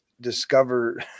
discover